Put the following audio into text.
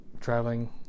traveling